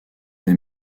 des